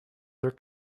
their